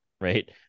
right